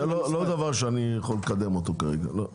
לא, זה לא דבר שאני יכול לקדם אותו כרגע, לא.